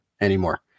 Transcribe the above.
anymore